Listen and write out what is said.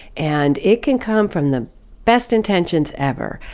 and it can come from the best intentions ever,